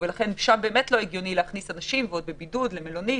ולכן לא הגיוני להכניס אותו לבידוד במלונית.